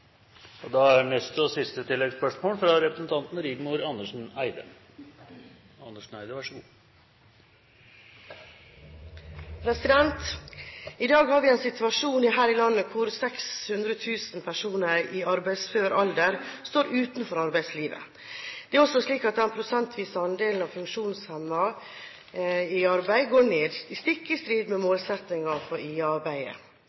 Rigmor Andersen Eide – til oppfølgingsspørsmål. I dag har vi en situasjon her i landet der 600 000 personer i arbeidsfør alder står utenfor arbeidslivet. Det er også slik at den prosentvise andelen av funksjonshemmede i arbeid går ned, stikk i strid med